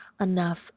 enough